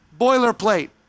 boilerplate